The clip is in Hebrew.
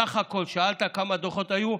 שאלת סך הכול כמה דוחות היו,